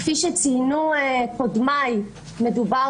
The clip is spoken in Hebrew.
כפי שציינו קודמיי, מדובר